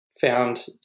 found